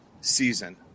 season